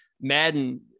Madden